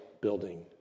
building